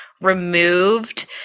removed